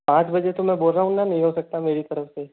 पाँच बजे तो मैं बोल रहा हूँ ना नहीं हो सकता मेरी तरफ से